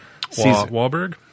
Wahlberg